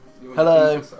Hello